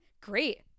great